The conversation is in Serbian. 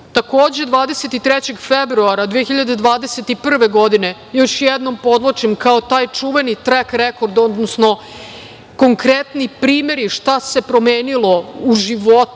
23. februara 2021. godine, još jednom podvlačim, kao taj čuveni „trek rekord“ odnosno konkretni primeri šta se promenilo u životu